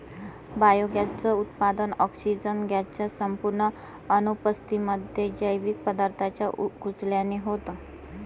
biogas च उत्पादन, oxygen gas च्या संपूर्ण अनुपस्थितीमध्ये, जैविक पदार्थांच्या कुजल्याने होतं